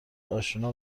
اشنا